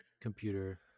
computer